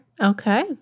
Okay